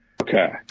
Okay